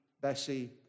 Bessie